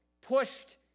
pushed